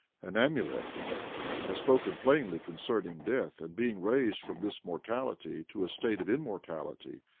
and amulek hath spoken plainly concerning death, and being raised from this mortality to a state of immortality,